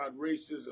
racism